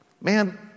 Man